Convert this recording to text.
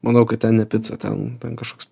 manau kad ten ne pica ten ten kažkoks